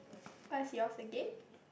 what's yours again